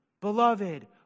beloved